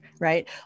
right